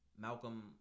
Malcolm